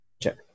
Check